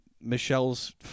Michelle's